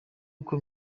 uko